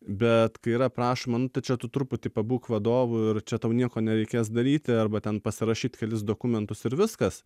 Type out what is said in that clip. bet kai yra prašoma nu tai čia tu truputį pabūk vadovu ir čia tau nieko nereikės daryti arba ten pasirašyt kelis dokumentus ir viskas